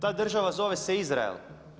Ta država zove se Izrael.